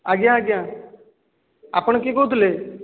ଆଜ୍ଞା ଆଜ୍ଞା ଆପଣ କିଏ କହୁଥିଲେ